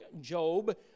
Job